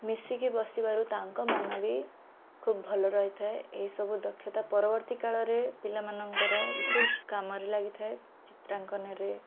ମିଶିକି ବସିବାରୁ ତାଙ୍କ ମନବି ଖୁବ୍ ଭଲ ରହିଥାଏ ଏହିସବୁ ଦକ୍ଷତା ପରବର୍ତ୍ତୀ କାଳରେ ପିଲାମାନଙ୍କର ଖୁବ୍ କାମରେ ଲାଗିଥାଏ ଚିତ୍ରାଙ୍କନରେ